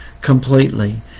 completely